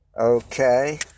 Okay